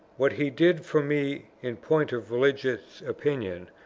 what he did for me in point of religious opinion,